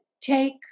take